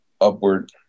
upward